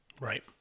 Right